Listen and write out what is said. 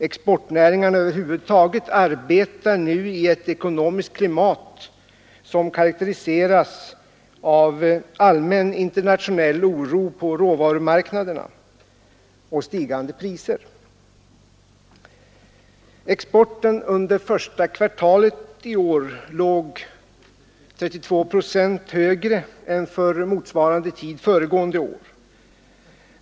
Exportnäringarna över huvud taget arbetar nu i ett ekonomiskt klimat som karakteriseras av allmän internationell oro på råvarumarknaderna och stigande priser. Exporten under första kvartalet i år låg 32 procent högre än för motsvarande tid föregående år.